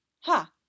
Ha